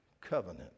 covenant